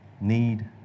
need